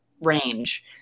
range